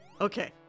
Okay